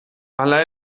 hala